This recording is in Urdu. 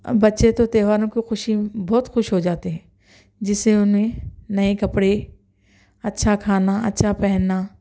بچے تو تہواروں کو خوشی بہت خوش ہو جاتے ہیں جس سے انہیں نئے کپڑے اچھا کھانا اچھا پہننا